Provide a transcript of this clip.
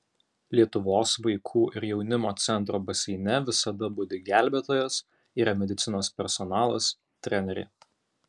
lietuvos vaikų ir jaunimo centro baseine visada budi gelbėtojas yra medicinos personalas treneriai